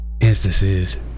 instances